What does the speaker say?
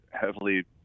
heavily –